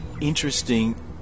interesting